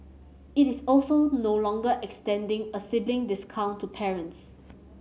it is also no longer extending a sibling discount to parents